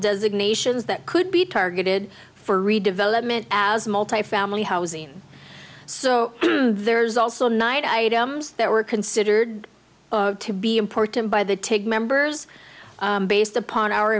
designations that could be targeted for redevelopment as multifamily housing so there's also night items that were considered to be important by the take members based upon our